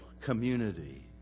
community